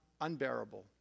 unbearable